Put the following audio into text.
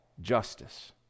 justice